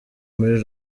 muri